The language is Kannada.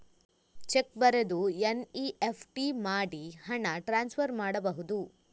ಚೆಕ್ ಬರೆದು ಎನ್.ಇ.ಎಫ್.ಟಿ ಮಾಡಿ ಹಣ ಟ್ರಾನ್ಸ್ಫರ್ ಮಾಡಬಹುದು?